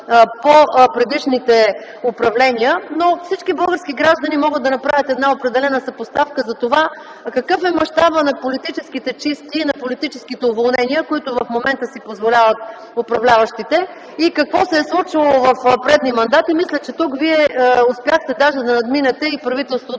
по-предишните управления. Всички български граждани могат да направят определена съпоставка за това какъв е мащабът на политическите чистки и политическите уволнения, които в момента си позволяват управляващите, и какво се е случвало в предишни мандати. Мисля, че тук Вие успяхте да надминете дори и правителството